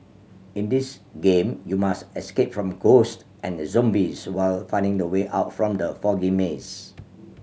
in this game you must escape from ghost and zombies while finding the way out from the foggy maze